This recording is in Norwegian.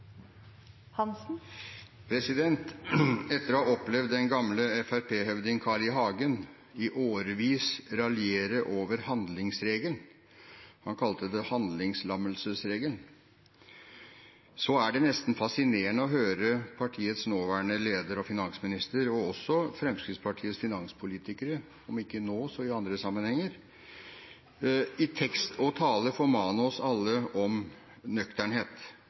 replikkordskifte. Etter å ha opplevd den gamle Fremskrittsparti-høvdingen Carl I. Hagen i årevis raljere over handlingsregelen – han kalte den «handlingslammelsesregelen» – er det nesten fascinerende å høre partiets nåværende leder og landets finansminister, men også Fremskrittspartiets finanspolitikere, om ikke nå, så i andre sammenhenger, i tekst og tale formane oss alle om